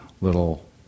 little